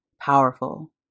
powerful